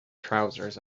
trousers